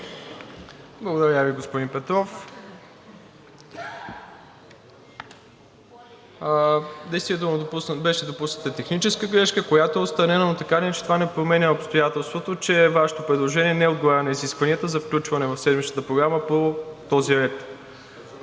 Благодаря Ви, господин Петров. Действително беше допусната техническа грешка, която е отстранена. Но така или иначе това не променя обстоятелството, че Вашето предложение не отговаря на изискванията за включване в седмичната програма по този ред.